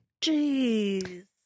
Jeez